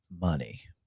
money